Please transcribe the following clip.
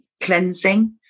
cleansing